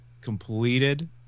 completed